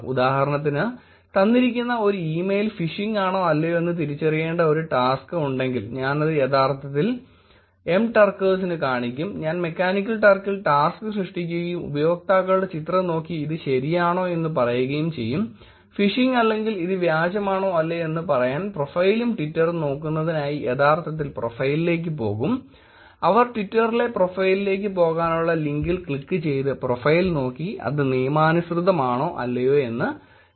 ഉദാഹരണത്തിന് തന്നിരിക്കുന്ന ഒരു ഇമെയിൽ ഫിഷിംഗ് ആണോ അല്ലയോ എന്ന് തിരിച്ചറിയേണ്ട ഒരു ടാസ്ക് ഉണ്ടെങ്കിൽ ഞാൻ അത് യഥാർത്ഥത്തിൽ Mturkers ന് കാണിക്കും ഞാൻ മെക്കാനിക്കൽ ടർക്കിൽ ടാസ്ക് സൃഷ്ടിക്കുകയും ഉപയോക്താക്കളുടെ ചിത്രം നോക്കി അത് ശരിയാണോ എന്ന് പറയുകയും ചെയ്യും ഫിഷിംഗ് അല്ലെങ്കിൽ ഇത് വ്യാജമാണോ അല്ലയോ എന്ന് പറയാൻ പ്രൊഫൈലും ട്വിറ്ററും നോക്കുന്നതിനായി യഥാർത്ഥത്തിൽ പ്രൊഫൈലിലേക്ക് പോകും അവർ ട്വിറ്ററിലെ പ്രൊഫൈലിലേക്ക് പോകാനുള്ള ലിങ്കിൽ ക്ലിക്ക് ചെയ്ത് പ്രൊഫൈൽ നോക്കി അത് നിയമാനുസൃതമാണോ അല്ലയോ എന്ന് തീരുമാനിക്കും